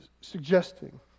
suggesting